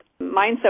mindset